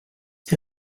die